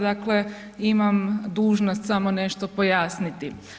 Dakle, imam dužnost samo nešto pojasniti.